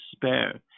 despair